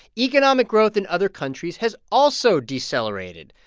economic growth in other countries has also decelerated,